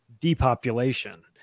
depopulation